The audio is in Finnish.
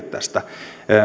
tästä